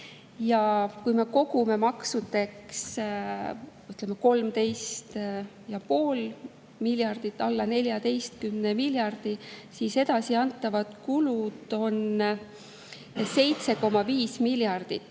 Kui me kogume maksudeks, ütleme, 13,5 miljardit, alla 14 miljardi, siis edasiantavad kulud on 7,5 miljardit: